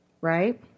right